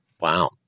wow